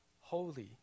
holy